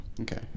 Okay